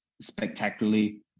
spectacularly